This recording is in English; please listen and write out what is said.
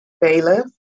bailiff